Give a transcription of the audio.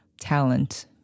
talent